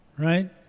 right